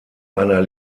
einer